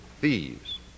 thieves